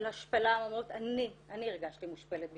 של השפלה, הן אומרות "אני הרגשתי מושפלת בשבילה,